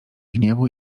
gniewu